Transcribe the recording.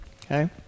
okay